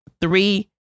three